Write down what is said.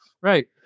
Right